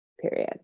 period